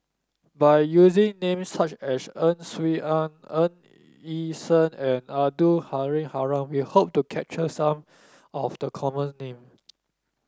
by using names such as Ang Swee Aun Ng Yi Sheng and Abdul Halim Haron we hope to capture some of the common names